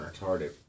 retarded